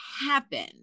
happen